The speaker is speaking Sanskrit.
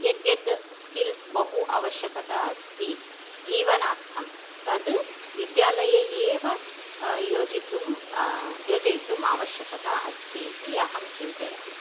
यद्यद् स्किल्स् बहु आवश्यक अस्ति जीवनार्थं तद् विद्यालये एव योजितुं योजयितुम् आवश्यकता अस्ति इति अहं चिन्तयामि